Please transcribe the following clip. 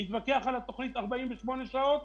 נתווכח עליה 48 שעות,